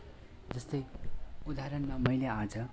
जस्तै उदाहरणमा मैले आज